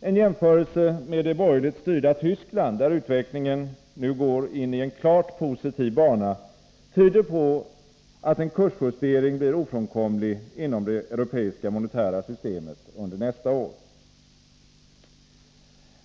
En jämförelse med det borgerligt styrda Tyskland, där utvecklingen nu går in i en klart positiv bana, tyder på att en kursjustering blir ofrånkomlig inom det europeiska monetära systemet under nästa år.